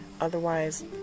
otherwise